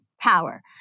power